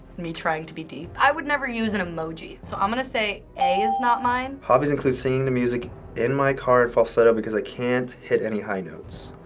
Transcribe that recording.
me trying to be deep. i would never use an emoji. so, i'm gonna say a is not mine. hobbies include singing to music in my car in falsetto because i can't hit any high notes.